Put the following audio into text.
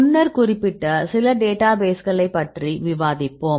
முன்னர் குறிப்பிட்ட சில டேட்டாபேஸ்களை பற்றி விவாதிப்போம்